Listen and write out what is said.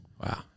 Wow